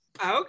Okay